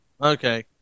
Okay